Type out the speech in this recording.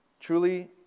Truly